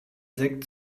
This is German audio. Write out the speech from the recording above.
sekt